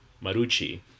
Marucci